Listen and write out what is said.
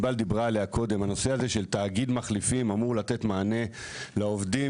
הנושא של תאגיד מחליפים אמור לתת מענה לעובדים